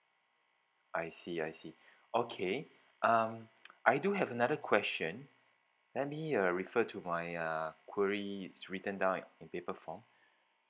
I see I see okay um I do have another question let me uh refer to my uh query written down at in paper form